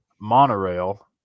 monorail